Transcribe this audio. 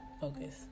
focus